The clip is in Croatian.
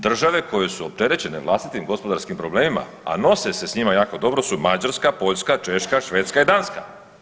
Države koje su opterećene vlastitim gospodarskim problemima, a nose se s njima jako dobro su Mađarska, Poljska, Češka, Švedska i Danska.